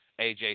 AJ